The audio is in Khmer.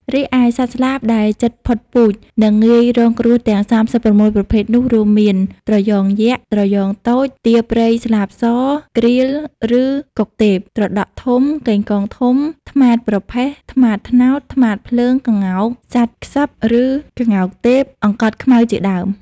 រីឯសត្វស្លាបដែលជិតផុតពូជ និងងាយរងគ្រោះទាំង ៣៦ ប្រភេទនោះ រួមមាន ត្រយងយក្ស ត្រយងតូច ទាព្រៃស្លាបស ក្រៀល ឬកុកទេព ត្រដក់ធំ កេងកងធំ ត្មាតប្រផេះ ត្មោតត្នោត ត្មាតភ្លើង ក្ងោក សត្វក្សឹប ឬក្ងោកទេព អង្កត់ខ្មៅជាដើម។